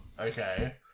Okay